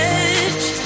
edge